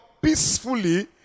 peacefully